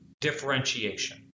differentiation